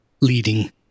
leading